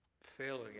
failing